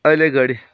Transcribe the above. अहिले घडी